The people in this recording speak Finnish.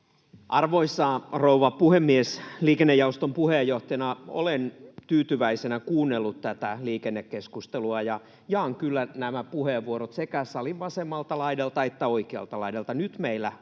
Arvoisa rouva puhemies! Liikennejaoston puheenjohtajana olen tyytyväisenä kuunnellut tätä liikennekeskustelua ja jaan kyllä nämä puheenvuorot sekä salin vasemmalta laidalta että oikealta laidalta. Nyt meillä